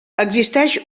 existeix